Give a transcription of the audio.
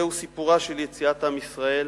זהו סיפורה של יציאת עם ישראל